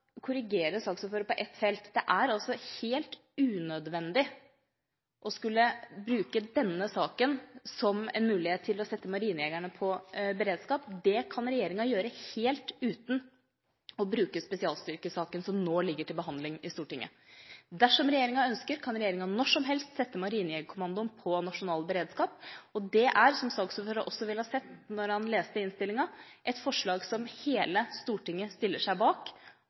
korrigere saksordføreren på ett punkt. Det er helt unødvendig å omorganisere spesialstyrkene for å sette marinejegerne på beredskap. Det kan regjeringa gjøre helt uten å bruke spesialstyrkesaken som nå ligger til behandling i Stortinget. Dersom regjeringa ønsker det, kan regjeringa når som helst sette Marinejegerkommandoen på nasjonal beredskap, og det er – som saksordføreren vil ha sett da han leste innstillingen – et forslag som hele Stortinget stiller seg bak.